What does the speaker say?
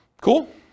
Cool